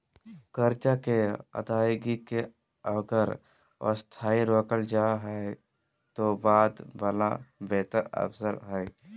कर्जा के अदायगी के अगर अस्थायी रोकल जाए त बाद वला में बेहतर अवसर हइ